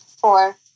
Four